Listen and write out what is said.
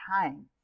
time